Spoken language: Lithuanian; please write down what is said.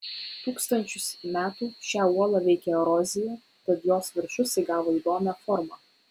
tūkstančius metų šią uolą veikė erozija tad jos viršus įgavo įdomią formą